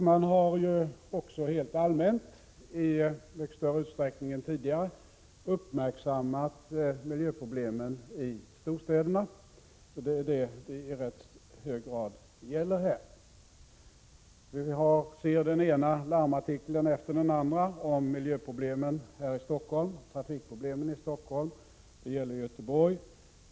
Man har också rent allmänt i mycket större utsträckning än tidigare uppmärksammat miljöproblemen i storstäderna. Det är dessa problem det i rätt hög grad gäller. Vi får se den ena larmartikeln efter den andra om miljöproblemen och trafikproblemen här i Stockholm. Det gäller också Göteborg.